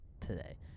today